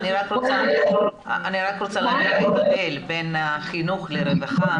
אני רק רוצה ל- -- בין החינוך לרווחה,